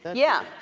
yeah yeah.